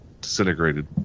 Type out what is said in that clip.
disintegrated